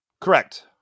Correct